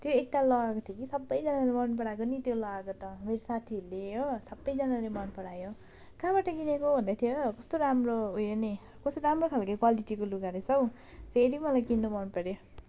त्यो एक ताल लगाएको थिएँ कि सबैजनाले मन पराएको नि त्यो लगाएको त मेरो साथीहरूले हो सबैजनाले मन परायो कहाँबाट किनेको भन्दै थियो हो कस्तो राम्रो उयो नि कस्तो राम्रो खाले क्वालिटीको लुगा रहेछ हौ फेरि मलाई किन्न मन पर्यो